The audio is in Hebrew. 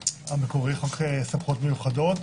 המקורי, חוק סמכויות מיוחדות.